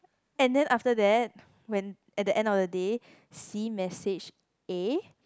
and then after that when at the end of the day C messaged A